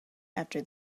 after